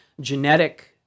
genetic